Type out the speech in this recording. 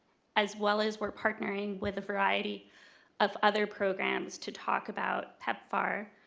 as well as we're partnering with a variety of other programs to talk about pepfar,